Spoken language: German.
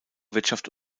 wirtschaft